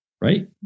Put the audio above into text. right